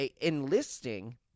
enlisting